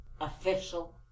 official